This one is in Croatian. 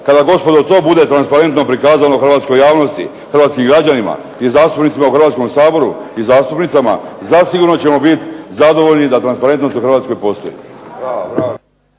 Kada gospodo to bude transparentno prikazano Hrvatskoj javnosti, Hrvatskim građanima i zastupnicima u Hrvatskom saboru i zastupnicama zasigurno ćemo biti zadovoljni da transparentnost u Hrvatskoj postoji.